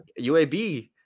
UAB